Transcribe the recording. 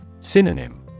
Synonym